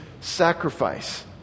sacrifice